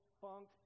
funk